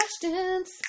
questions